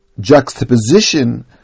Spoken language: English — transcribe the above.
juxtaposition